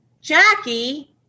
Jackie